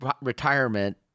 retirement